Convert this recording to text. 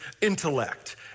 intellect